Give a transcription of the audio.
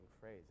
phrase